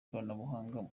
ikoranabuhanga